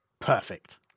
Perfect